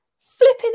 flipping